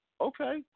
Okay